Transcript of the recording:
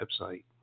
website